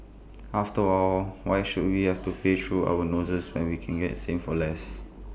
after all why should we have to pay through our noses when we can get same for less